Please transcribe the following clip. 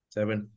Seven